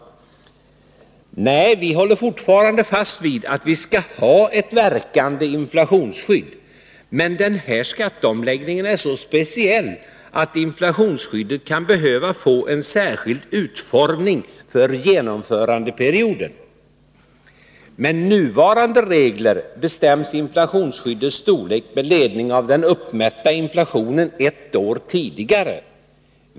Nej, vi håller fortfarande fast vid att vi skall ha ett verkande inflationsskydd. Men den här skatteomläggningen är så speciell att inflationsskyddet kan behöva få en särskild utformning för genomförandeperioden. Med nuvarande regler bestäms inflationsskyddets storlek med ledning av den uppmätta inflationen ett år tidigare.